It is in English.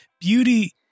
beauty